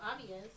obvious